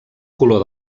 color